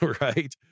right